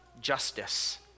justice